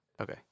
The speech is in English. Okay